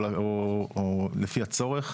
לפי הצורך.